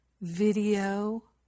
video